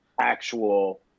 actual